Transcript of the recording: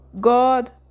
God